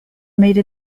made